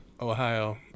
Ohio